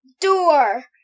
Door